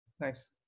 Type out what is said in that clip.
Nice